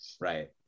Right